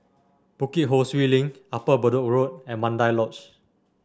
Bukit Ho Swee Link Upper Bedok Road and Mandai Lodge